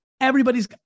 Everybody's